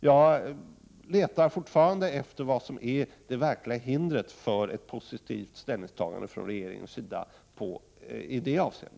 Jag letar fortfarande efter det verkliga hindret för ett positivt ställningstagande från regeringen.